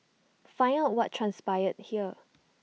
find out what transpired here